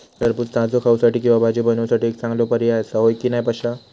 टरबूज ताजो खाऊसाठी किंवा भाजी बनवूसाठी एक चांगलो पर्याय आसा, होय की नाय पश्या?